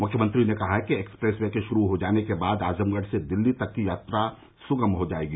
मुख्यमंत्री ने कहा कि एक्सप्रेस वे के शुरू हो जाने के बाद आजमगढ़ से दिल्ली तक की यात्रा सुगम हो जाएगी